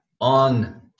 on